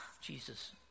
Jesus